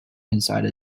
inside